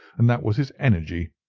and that was his energy.